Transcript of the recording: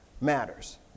matters